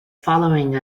following